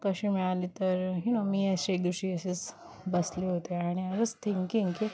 कशी मिळाली तर ह्यू नं मी असे एके दिवशी असेच बसले होते आणि आय वॉज थिंकिंग की